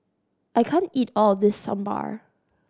I can't eat all of this Sambar